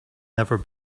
never